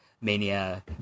Mania